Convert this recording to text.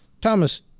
Thomas